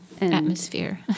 atmosphere